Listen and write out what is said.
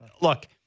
Look –